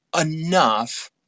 enough